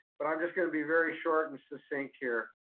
but i'm just gonna be very short and succinct here,